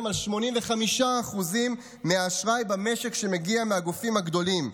על 85% מהאשראי במשק שמגיע מהגופים הגדולים,